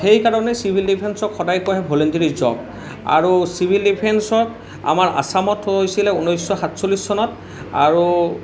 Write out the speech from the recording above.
সেইকাৰণেই চিভিল ডিফেন্সক সদায় কোৱা হয় ভলণ্টেৰী জৱ আৰু চিভিল ডিফেন্সক আমাৰ আছামত হৈছিলে ঊনৈছশ সাতচল্লিছ চনত আৰু